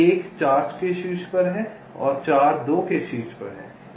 1 4 के शीर्ष पर है 4 2 के शीर्ष पर है